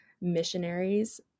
missionaries